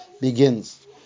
begins